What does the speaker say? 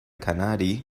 khanate